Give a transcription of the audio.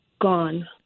gone